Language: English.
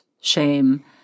shame